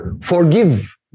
forgive